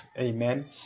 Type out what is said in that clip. Amen